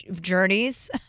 journeys